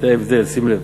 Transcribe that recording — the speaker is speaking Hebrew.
תראה את ההבדל, שים לב,